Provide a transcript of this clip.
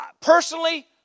personally